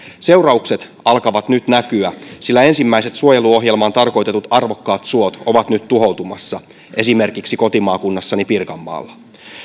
seuraukset alkavat nyt näkyä sillä ensimmäiset suojeluohjelmaan tarkoitetut arvokkaat suot ovat nyt tuhoutumassa esimerkiksi kotimaakunnassani pirkanmaalla